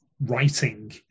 writing